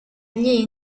agli